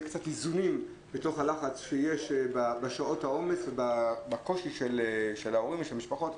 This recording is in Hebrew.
איזונים של הלחץ שיש בשעות העומס ובקושי של ההורים ושל המשפחות.